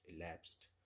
elapsed